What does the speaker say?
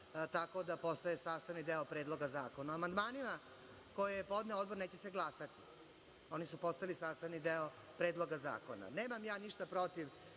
tako da postaje sastavni deo predloga zakona.O amandmanima koje je podneo odbor neće se glasati. Oni su postali sastavni deo predloga zakona. Nemam ja ništa protiv